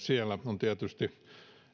siellä on tietysti